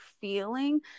feeling